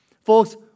Folks